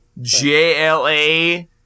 JLA